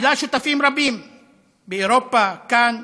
שלה שותפים רבים באירופה, כאן,